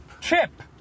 Chip